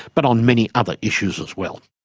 but on many other issues as well.